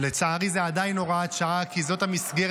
לצערי זו עדיין הוראת שעה כי זאת המסגרת